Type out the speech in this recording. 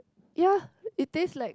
ya it taste like